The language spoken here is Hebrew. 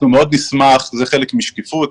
אנחנו מאוד נשמח זה חלק משקיפות,